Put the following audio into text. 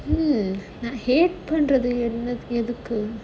hmm நான்:naan hate பண்றதுக்கு எதுக்கு:pandrathuku edhuku